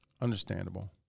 Understandable